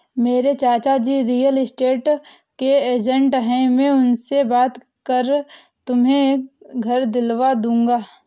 मेरे चाचाजी real estate के एजेंट है मैं उनसे बात कर तुम्हें घर दिलवा दूंगा